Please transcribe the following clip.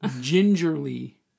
gingerly